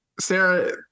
Sarah